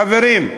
חברים,